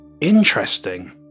Interesting